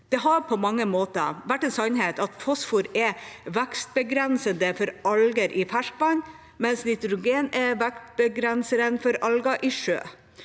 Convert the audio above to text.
Det har vært en sannhet at fosfor er vekstbegrensende for alger i ferskvann, mens nitrogen er vekstbegrensende for alger i sjø.